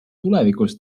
tulevikus